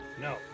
No